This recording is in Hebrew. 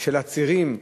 של עצירים,